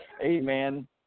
amen